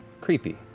creepy